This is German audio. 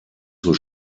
zur